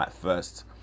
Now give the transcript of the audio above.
first